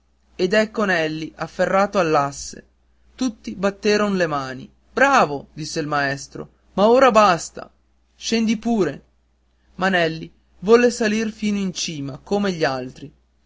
ed ecco nelli afferrato all'asse tutti batteron le mani bravo disse il maestro ma ora basta scendi pure ma nelli volle salir fino in cima come gli altri